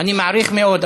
אני מעריך מאוד,